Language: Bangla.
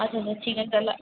আচ্ছা হ্যাঁ ঠিক আছে তাহলে